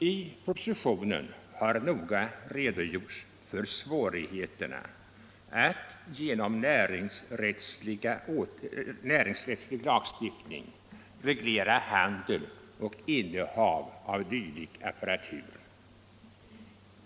I propositionen har noga redogjorts för svårigheterna att genom näringsrättslig lagstiftning reglera handel med och innehav av dylik apparatur.